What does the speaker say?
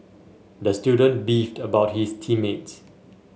the student beefed about his team mates